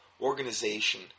organization